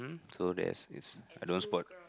so there's is I don't spot